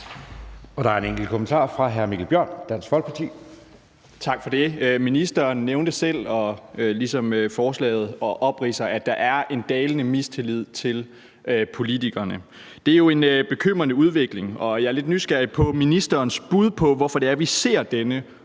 Der er en enkelt kommentar fra hr. Mikkel Bjørn, Dansk Folkeparti. Kl. 10:09 Mikkel Bjørn (DF): Tak for det. Ministeren nævnte det selv – ligesom forslaget – og opridser, at der er en dalende tillid til politikerne. Det er jo en bekymrende udvikling, og jeg er lidt nysgerrig efter ministerens bud på, hvorfor det er, vi ser denne